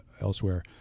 elsewhere